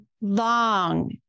long